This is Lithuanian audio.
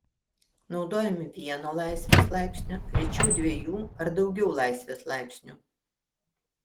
naudojami vieno laisvės laipsnio rečiau dviejų ar daugiau laisvės laipsnių